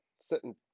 Sitting